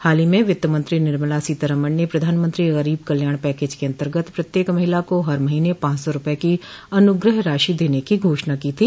हाल ही में वित्त मंत्री निर्मला सीतारमन ने प्रधानमंत्री गरीब कल्याण पैकेज के अंतर्गत प्रत्येक महिला को हर महीने पांच सौ रूपये की अनुग्रह राशि देने की घोषणा की थी